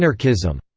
anarchism.